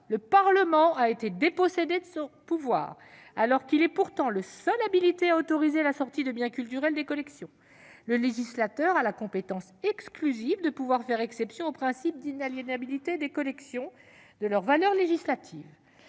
le Parlement a été dépossédé de son pouvoir, ... Absolument !... alors qu'il est pourtant le seul habilité à autoriser la sortie de biens culturels des collections. Le législateur a la compétence exclusive de faire exception au principe d'inaliénabilité des collections, qui est de valeur législative.